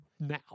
now